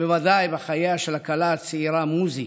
בוודאי בחייה של הכלה הצעירה מוזי,